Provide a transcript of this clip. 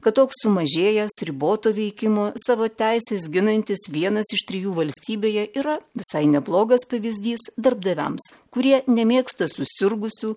kad toks sumažėjęs riboto veikimo savo teises ginantis vienas iš trijų valstybėje yra visai neblogas pavyzdys darbdaviams kurie nemėgsta susirgusių